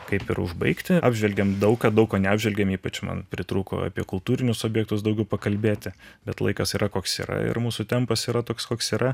kaip ir užbaigti apžvelgėm daug ką daug ko neapžvelgėm ypač man pritrūko apie kultūrinius objektus daugiau pakalbėti bet laikas yra koks yra ir mūsų tempas yra toks koks yra